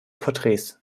porträts